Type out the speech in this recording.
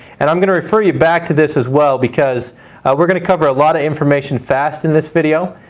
and i'm going to refer you back to this as well because we're going to cover a lot of information fast in this video.